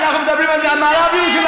אנחנו מדברים על מערב-ירושלים,